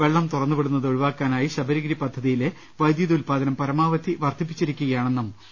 വെള്ളം തുറന്ന് വിടുന്നത് ഒഴിവാക്കാ നായി ശബരിഗിരി പദ്ധതിയിലെ വൈദ്യുതി ഉല്പാദനം പരമാവധി വർദ്ധി പ്പിച്ചിരിക്കുകയാണെന്നും ബോർഡ് അറിയിച്ചു